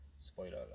Spoiler